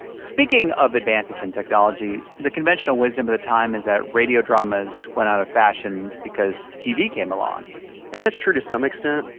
speaking of advances in technology, the conventional wisdom of the time is that radio dramas went out of fashion in because tv came along and that's true to some extent.